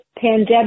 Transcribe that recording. pandemic